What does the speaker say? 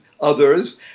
others